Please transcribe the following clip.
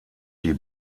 die